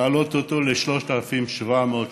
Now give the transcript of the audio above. להעלות אותו ל-3,700 שקל.